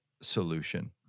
solution